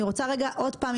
שוב,